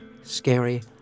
scary